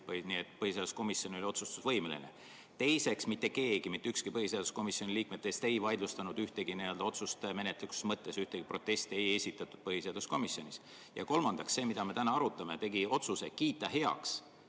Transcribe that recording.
põhiseaduskomisjon oli otsustusvõimeline. Teiseks, mitte keegi, mitte ükski põhiseaduskomisjoni liikmetest ei vaidlustanud ühtegi otsust menetluslikus mõttes, ühtegi protesti ei esitatud põhiseaduskomisjonis. Ja kolmandaks, see, mida me täna arutame: otsus kiita heaks